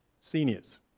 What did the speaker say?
seniors